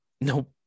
Nope